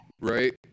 right